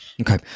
Okay